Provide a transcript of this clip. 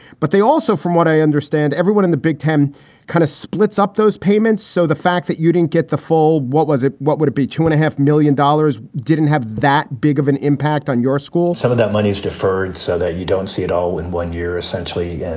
but they also, from what i understand, everyone in the big time kind of splits up those payments. so the fact that you didn't get the full what was it? what would it be? two and a half million dollars didn't have that big of an impact on your school some of that money is deferred so that you don't see it all in one year, essentially. and,